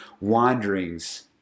wanderings